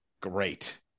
Great